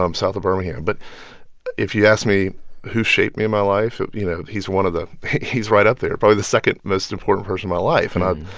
um south of birmingham. but if you ask me who shaped me in my life, you know, he's one of the he's right up there, probably the second most important person my life. and i,